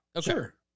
sure